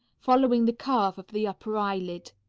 following the curve of the upper eyelid.